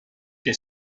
que